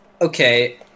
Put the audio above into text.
okay